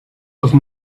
were